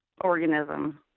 Organism